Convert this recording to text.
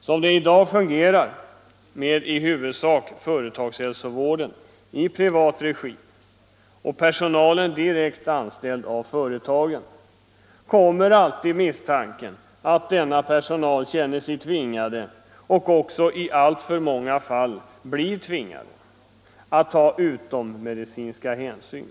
Som det i dag fungerar — med företagshälsovården i huvudsak i privat regi och personalen direkt anställd av företagen - kommer alltid misstanken att denna personal känner sig tvingad och också i alltför många fall blir tvingad att ta icke-medicinska hänsyn.